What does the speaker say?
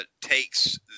Takes